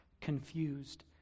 confused